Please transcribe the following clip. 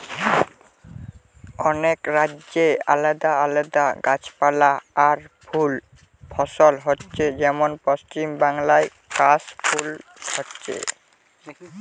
অনেক রাজ্যে আলাদা আলাদা গাছপালা আর ফুল ফসল হচ্ছে যেমন পশ্চিমবাংলায় কাশ ফুল হচ্ছে